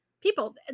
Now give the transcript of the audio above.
people